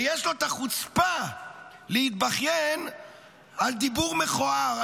ויש לו את החוצפה להתבכיין על דיבור מכוער.